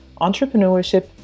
entrepreneurship